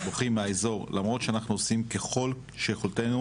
בורחים מהאזור למרות שאנחנו עושים ככל שיכולתנו